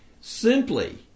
simply